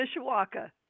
Mishawaka